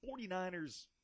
49ers